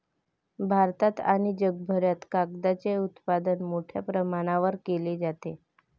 भारतात आणि जगभरात कागदाचे उत्पादन मोठ्या प्रमाणावर केले जाते